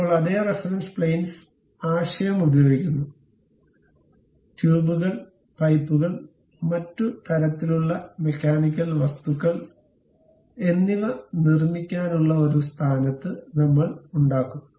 ഇപ്പോൾ അതേ reference planes ആശയം ഉപയോഗിക്കുന്നു ട്യൂബുകൾ പൈപ്പുകൾ മറ്റ് തരത്തിലുള്ള മെക്കാനിക്കൽ വസ്തുക്കൾ എന്നിവ നിർമ്മിക്കാനുള്ള ഒരു സ്ഥാനത്ത് നമ്മൾ ഉണ്ടാക്കും